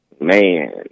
Man